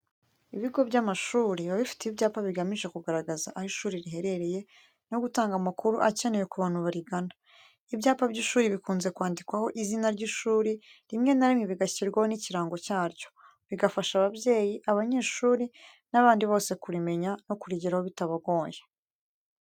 Ibigo by'amashuri biba bifite ibyapa bigamije kugaragaza aho ishuri riherereye no gutanga amakuru akenewe ku bantu barigana. Ibyapa by'ishuri bikunze kwandikwaho izina ry'ishuri, rimwe na rimwe bigashyirwaho n'ikirango cyaryo, bigafasha ababyeyi, abanyeshuri n'abandi bose kurimenya, no kurigeraho bitabagoye.